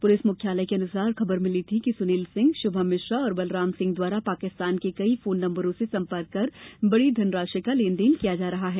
police मुख्यालय के अनुसार खबर मिली थी कि सुनील सिंह श्भम मिश्रा और बलराम सिंह द्वारा पाकिस्तान के कई फोन नंबरों से संपर्क कर बडी धनराशि कॉ लेन देन किया जा रहा है